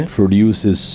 produces